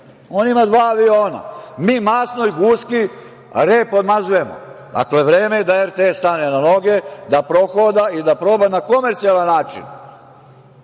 On ima dva aviona. Mi masnoj guski rep podmazujemo. Dakle, vreme je da RTS stane na noge, da prohoda i da proba na komercijalan način